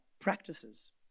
practices